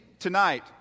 Tonight